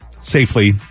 safely